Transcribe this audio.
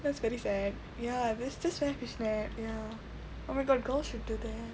that's very fact ya that's just wear fishnet ya oh my god girl should do them